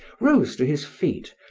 rose to his feet,